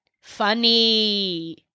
Funny